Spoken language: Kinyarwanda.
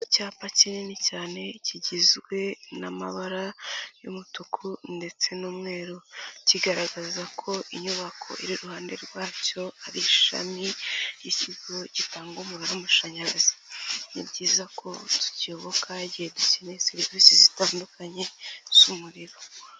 Icyapa kinini cyane kigizwe n'amabara y'umutuku ndetse n'umweru kigaragaza ko inyubako iri ruhande rwacyo ari ishami ry'ikigo gitanga umuriro w'amashanyarazi, ni byiza ko tukiyoboka igihe dukeneye serivisi zitandukanye z'umuriro.